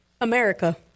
America